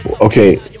okay